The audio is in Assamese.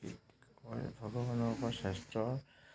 ভগৱানৰ পৰা স্বাস্থ্য